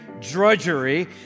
drudgery